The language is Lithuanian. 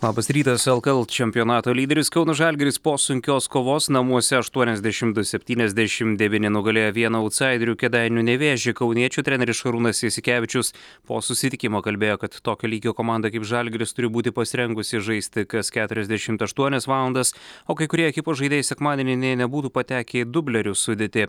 labas rytas lkl čempionato lyderis kauno žalgiris po sunkios kovos namuose aštuoniasdešimt du septyniasdešimt devyni nugalėjo vieną autsaiderių kėdainių nevėžį kauniečių treneris šarūnas jasikevičius po susitikimo kalbėjo kad tokio lygio komanda kaip žalgiris turi būti pasirengusi žaisti kas keturiasdešimt aštuonias valandas o kai kurie ekipos žaidėjai sekmadienį nė nebūtų patekę į dublerių sudėtį